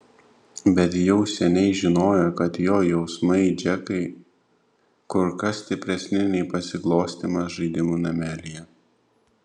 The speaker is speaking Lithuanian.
bet jau seniai žinojo kad jo jausmai džekai kur kas stipresni nei pasiglostymas žaidimų namelyje